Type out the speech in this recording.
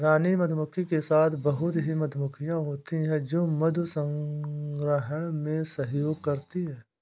रानी मधुमक्खी के साथ बहुत ही मधुमक्खियां होती हैं जो मधु संग्रहण में सहयोग करती हैं